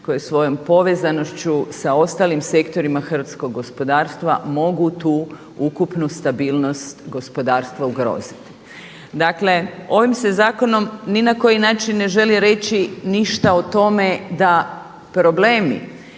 koje svojom povezanošću sa ostalim sektorima hrvatskog gospodarstva mogu tu ukupnu stabilnost gospodarstva ugroziti. Dakle, ovim se zakonom ni na koji način ne želi reći ništa o tome da problemi